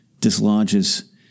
dislodges